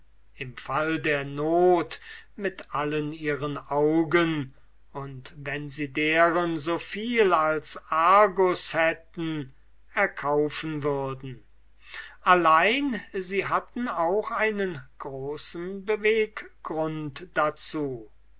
im fall der not mit allen ihren augen und wenn sie deren soviel als argus hätten erkaufen würden allein sie hatten auch einen großen beweggrund dazu